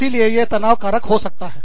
इसीलिए यह तनाव कारक हो सकता है